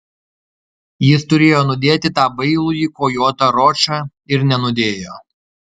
jis turėjo nudėti tą bailųjį kojotą ročą ir nenudėjo